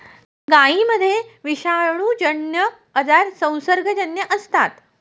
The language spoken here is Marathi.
गायींमध्ये विषाणूजन्य आजार संसर्गजन्य असतात